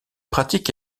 pratique